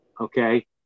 Okay